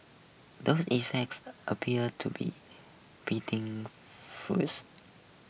those effects appear to be beating fruits